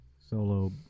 solo